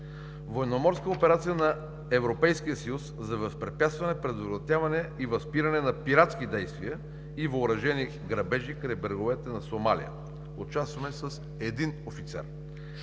военноморската операция на Европейския съюз за възпрепятстване, предотвратяване и възпиране на пиратски действия и въоръжени грабежи край бреговете на Сомалия участваме с един офицер.